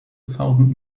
thousand